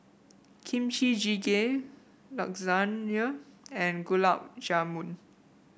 Kimchi Jjigae Lasagne and Gulab Jamun